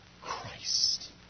Christ